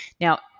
Now